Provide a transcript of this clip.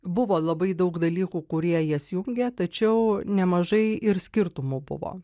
buvo labai daug dalykų kurie jas jungė tačiau nemažai ir skirtumų buvo